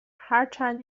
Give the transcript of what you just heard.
هرچند